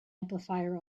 amplifier